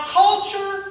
culture